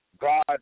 God